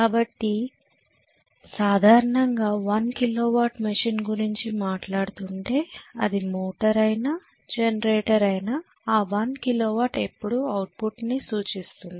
కాబట్టి సాధారణంగా 1 kilo watt machine గురించి మాట్లాడుతుంటే అది మోటార్ అయినా జనరేటర్ అయినా ఆ 1 కిలో వాట్ ఎప్పుడు అవుట్పుట్ ని సూచిస్తుంది